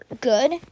good